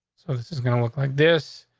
so this is gonna look like this.